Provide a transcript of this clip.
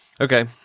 Okay